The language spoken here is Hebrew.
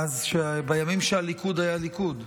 בימים שהליכוד היה הליכוד.